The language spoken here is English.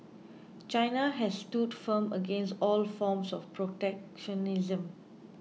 China has stood firm against all forms of protectionism